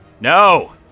No